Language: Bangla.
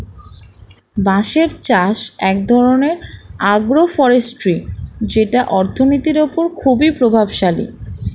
বাঁশের চাষ এক ধরনের আগ্রো ফরেষ্ট্রী যেটা অর্থনীতির ওপর খুবই প্রভাবশালী